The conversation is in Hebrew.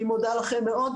אני מודה לכם מאוד.